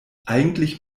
eigentlich